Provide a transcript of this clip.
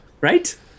Right